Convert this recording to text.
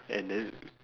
and then